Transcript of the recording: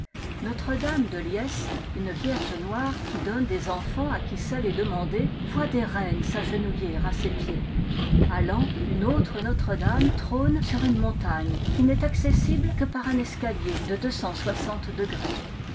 notre-dame de liesse une vierge noire qui donne des enfants à qui sait les demander voit des reines s'agenouillera ses pieds a laon une autre notre-dame trône sur une montagne qui n'est accessible que par un escalier de degrés